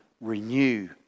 renew